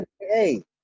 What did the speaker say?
hey